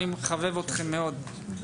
אני מחבב אתכם מאוד.